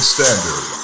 Standard